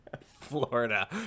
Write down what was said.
florida